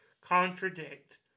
contradict